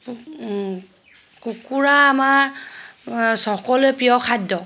কুকুৰা আমাৰ সকলোৰে প্ৰিয় খাদ্য